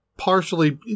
partially